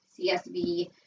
CSV